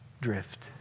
drift